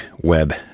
web